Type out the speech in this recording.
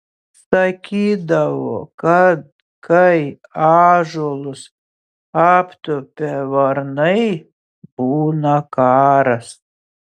sakydavo kad kai ąžuolus aptupia varnai būna karas